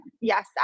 yes